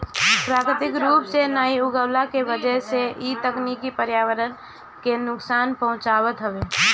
प्राकृतिक रूप से नाइ उगवला के वजह से इ तकनीकी पर्यावरण के नुकसान पहुँचावत हवे